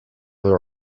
there